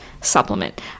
supplement